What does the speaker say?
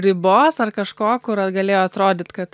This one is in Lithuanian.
ribos ar kažko kur galėjo atrodyt kad